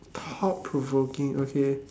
thought provoking okay